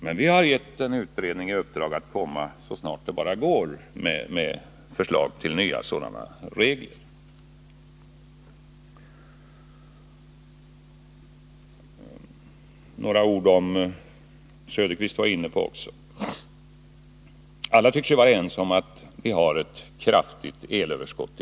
Men vi har gett en utredning direktiv att så snart det går komma med förslag till nya sådana regler. Några ord också om det som Oswald Söderqvist var inne på. Alla tycks vara överens om att vi i dag har ett kraftigt elöverskott.